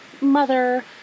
mother